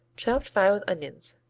chopped fine with onions.